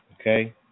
Okay